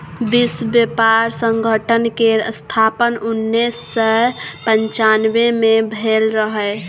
विश्व बेपार संगठन केर स्थापन उन्नैस सय पनचानबे मे भेल रहय